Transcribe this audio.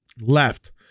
left